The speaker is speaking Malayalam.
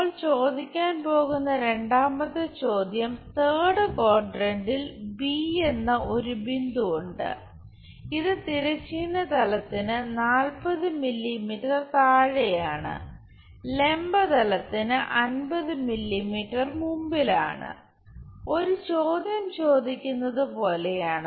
നമ്മൾ ചോദിയ്ക്കാൻ പോകുന്ന രണ്ടാമത്തെ ചോദ്യം തേർഡ് ക്വാഡ്രന്റിൽ ബി എന്ന ഒരു ബിന്ദുവുണ്ട് ഇത് തിരശ്ചീന തലത്തിന് 40 മില്ലീമീറ്റർ താഴെയാണ് ലംബ തലത്തിന് 50 മില്ലീമീറ്റർ മുമ്പിലാണ് ഒരു ചോദ്യം ചോദിക്കുന്നത് പോലെയാണ്